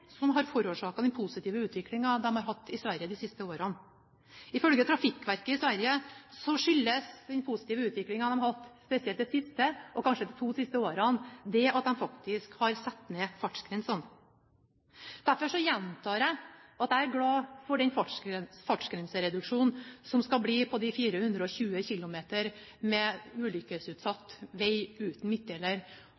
som har forårsaket den positive utviklingen man har hatt i Sverige i de siste årene. Ifølge Trafikverket i Sverige skyldes den positive utviklingen de har hatt, spesielt i det siste, kanskje i de to siste årene, at de faktisk har satt ned fartsgrensene. Derfor gjentar jeg at jeg er glad for den fartsgrensereduksjonen som skal komme som et midlertidig tiltak på de 420 km med